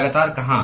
लगातार कहाँ